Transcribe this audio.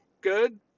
good